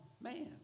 man